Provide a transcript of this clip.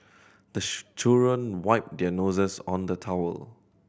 the children wipe their noses on the towel